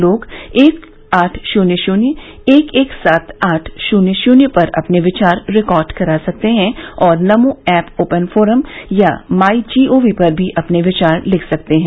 लोग एक आठ शून्य शून्य एक एक सात आठ शून्य शून्य पर अपने विचार रिकॉर्ड करा सकते हैं और नमो ऐप ओपन फोरम या माई जीओवी पर भी अपने विचार लिख सकते हैं